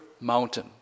mountain